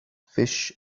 fish